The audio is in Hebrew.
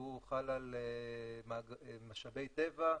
והוא חל על משאבי טבע,